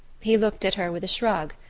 he looked at her with a shrug.